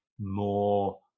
more